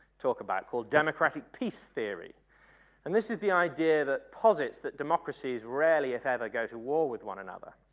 talk about called democratic peace theory and this is the idea that posits, that democracies rarely if ever would go to war with one another.